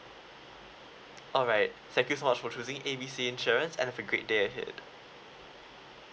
alright thank you so much for choosing A B C insurance and have a great day ahead